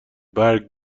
برگ